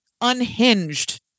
unhinged